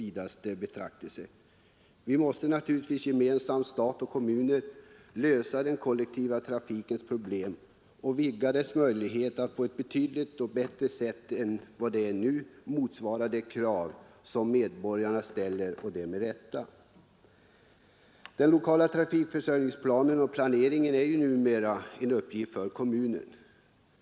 Stat och kommuner måste naturligtvis gemensamt lösa den kollektiva trafikens problem och vidga dess möjligheter att på ett bättre sätt än nu motsvara de krav medborgarna med rätta ställer. Den lokala trafikförsörjningsplaneringen är numera en uppgift för kommunen.